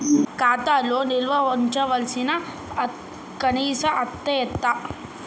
ఖాతా లో నిల్వుంచవలసిన కనీస అత్తే ఎంత?